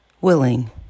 willing